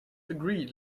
agreed